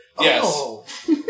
Yes